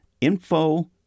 info